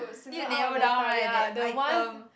need to narrow down right that item